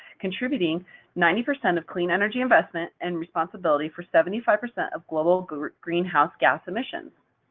contributing ninety percent of clean energy investment and responsibility for seventy five percent of global greenhouse gas emissions.